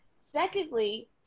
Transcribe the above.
Secondly